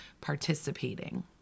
participating